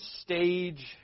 stage